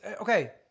okay